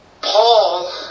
Paul